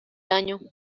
año